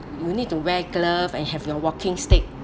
you need to wear glove and have your walking stick